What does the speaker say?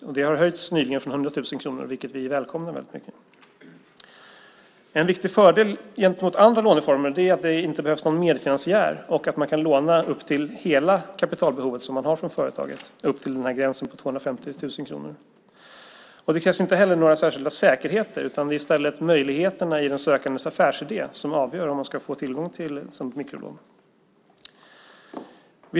Beloppet har nyligen höjts från 100 000 kronor, vilket vi välkomnar. En viktig fördel gentemot andra låneformer är att det inte behövs någon medfinansiär och att man kan låna till hela kapitalbehovet upp till gränsen 250 000 kronor. Det krävs inte heller några särskilda säkerheter, utan det är i stället möjligheterna i den sökandes affärsidé som avgör om man ska få tillgång till ett sådant mikrolån.